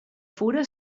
fura